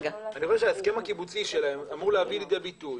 ההסכם הקיבוצי שלהם אמור להביא לידי ביטוי,